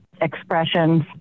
expressions